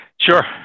sure